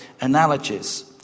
analogies